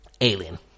Alien